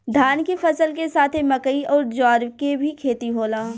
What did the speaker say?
धान के फसल के साथे मकई अउर ज्वार के भी खेती होला